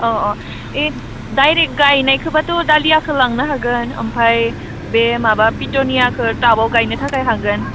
अ अ ए डाइरेक्ट गायनायखोब्लाथ' दालियाखो लांनो हागोन ओमफाय बे माबा पिटनियाखौ टाबाव गायनो थाखाय हागोन